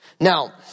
Now